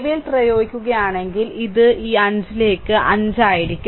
KVL പ്രയോഗിക്കുകയാണെങ്കിൽ ഇത് ഈ 5 ലേക്ക് 5 ആയിരിക്കും